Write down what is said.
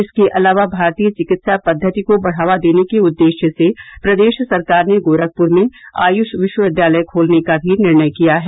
इसके अलावा भारतीय चिकित्सा पद्वति को बढ़ावा देने के उद्देश्य से प्रदेश सरकार ने गोरखपुर में आयुष विश्वविद्यालय खोलने का भी निर्णय किया है